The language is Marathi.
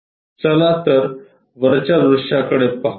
चला तर वरच्या दृश्याकडे पाहू